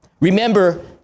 Remember